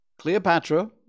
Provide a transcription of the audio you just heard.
Cleopatra